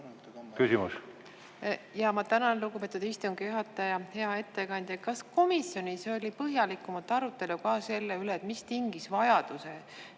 küsimus. Ma tänan, lugupeetud istungi juhataja! Hea ettekandja! Kas komisjonis oli põhjalikumat arutelu ka selle üle, mis tingis vajaduse